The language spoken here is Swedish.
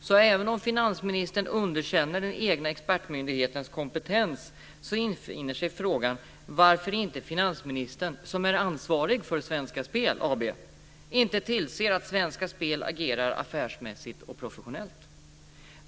Så även om finansministern underkänner den egna expertmyndighetens kompetens infinner sig frågan varför inte finansministern, som är ansvarig för Svenska Spel AB, tillser att Svenska Spel agerar affärsmässigt och professionellt.